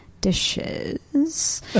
Dishes